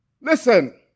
listen